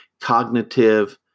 cognitive